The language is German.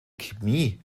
chemie